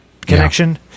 connection